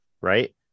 right